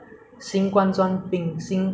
因为你看现在美国他们没有